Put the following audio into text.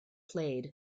played